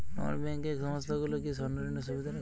নন banking সংস্থাগুলো কি স্বর্ণঋণের সুবিধা রাখে?